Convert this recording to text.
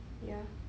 ya